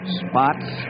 spots